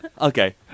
Okay